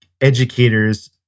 educators